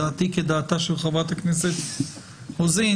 דעתי כדעתה של חברת הכנסת רוזין